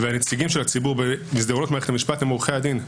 והנציגים של הציבור במסדרונות מערכת המשפט הם עורכי הדין.